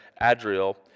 Adriel